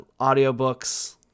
audiobooks